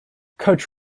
coach